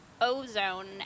ozone